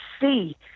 see